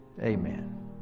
Amen